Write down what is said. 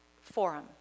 forum